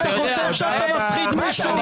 אני